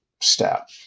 step